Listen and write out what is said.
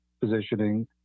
positioning